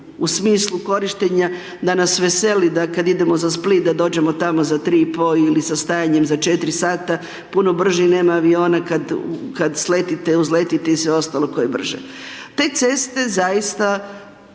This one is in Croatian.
u smislu korištenja da nas veseli da kad idemo za Split da dođemo tamo za 3,5 ili sa stajanjem za 4 sata, puno brže nema aviona kada sletite, uzletite i sve ostalo tko je brže. Te ceste zaista